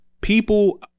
people